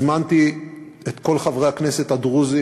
הזמנתי את כל חברי הכנסת הדרוזים,